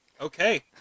Okay